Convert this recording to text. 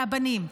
מהבנים,